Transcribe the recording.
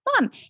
Mom